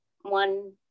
one